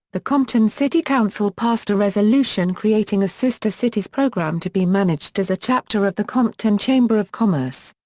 the compton city council passed a resolution creating a sister cities program to be managed as a chapter of the compton chamber of commerce.